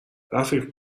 رفیق